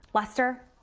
lester?